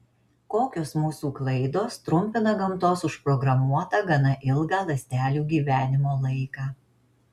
kokios mūsų klaidos trumpina gamtos užprogramuotą gana ilgą ląstelių gyvenimo laiką